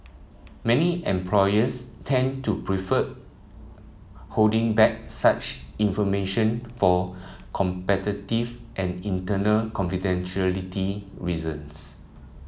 many employers tend to prefer holding back such information for competitive and internal confidentiality reasons